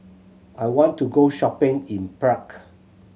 I want to go shopping in Prague